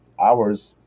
hours